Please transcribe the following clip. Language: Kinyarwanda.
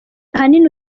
ahanini